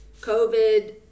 COVID